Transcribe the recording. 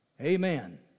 Amen